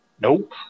Nope